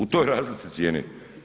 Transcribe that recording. U toj razlici cijene.